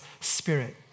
Spirit